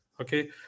okay